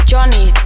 Johnny